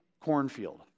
cornfield